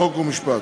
חוק ומשפט.